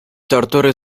tortury